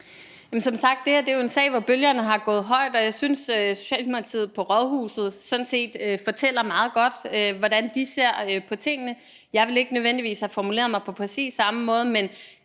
Som sagt er det her jo en sag, hvor bølgerne er gået højt, og jeg synes sådan set, Socialdemokratiet på rådhuset fortæller meget godt, hvordan de ser på tingene. Jeg ville ikke nødvendigvis have formuleret mig på præcis samme måde, men